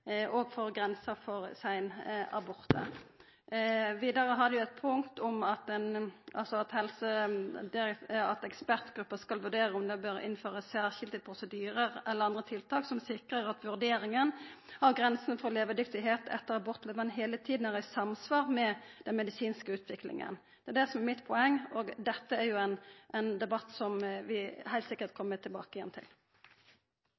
òg for grensa for seinabortar. Vidare er det eit punkt om at ekspertgruppa skal «vurdere om det bør innføres særskilte prosedyrer eller andre tiltak som sikrer at vurderingene av grensen for levedyktighet etter abortloven hele tiden er i samsvar med den medisinske utviklingen». Det er det som er poenget mitt, og dette er ein debatt som vi heilt sikkert